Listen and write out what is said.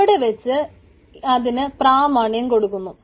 അവിടെ വച്ച് അതിന് പ്രാമാണ്യം കൊടുക്കുന്നു